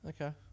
Okay